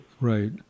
Right